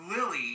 Lily